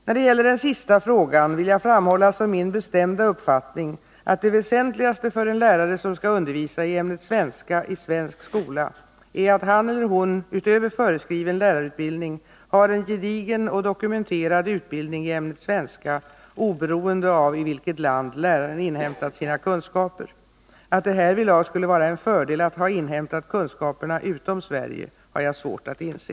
När det gäller den sista frågan vill jag framhålla som min bestämda uppfattning att det väsentligaste för en lärare som skall undervisa i ämnet svenska i svensk skola är att han eller hon utöver föreskriven lärarutbildning har en gedigen och dokumenterad utbildning i ämnet svenska, oberoende av i vilket land läraren inhämtat sina kunskaper. Att det härvidlag skulle vara en fördel att ha inhämtat kunskaperna utom Sverige har jag svårt att inse.